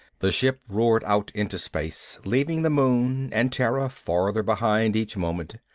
the ship roared out into space leaving the moon and terra farther behind each moment.